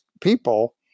people